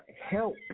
help